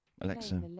Alexa